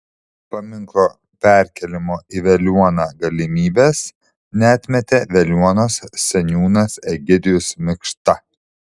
paminklo perkėlimo į veliuoną galimybės neatmetė veliuonos seniūnas egidijus mikšta